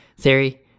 Theory